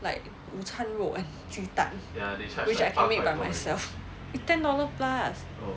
like 午餐肉 and 鸡蛋 which I can make by myself it's ten dollar plus